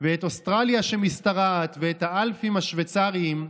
ואת אוסטרליה שמשתרעת ואת האלפים השוויצריים,